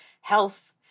health